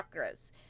chakras